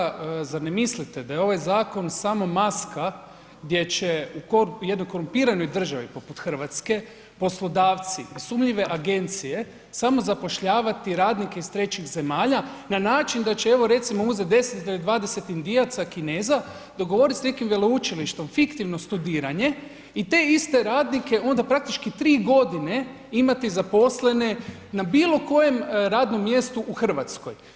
Poštovani kolega, zar ne mislite da je ovaj zakon samo maska gdje će u jednoj korumpiranoj državi poput Hrvatske, poslodavci, sumnjive agencije samo zapošljavati radnike iz trećih zemalja na način da će evo recimo uzeti 10 ili 20 Indijaca, Kineza, dogovorit s nekim veleučilištem fiktivno studiranje i te iste radnike onda praktički 3 g. imati zaposlene na bilokojem radnom mjestu u Hrvatskoj?